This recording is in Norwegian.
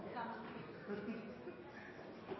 Takk, president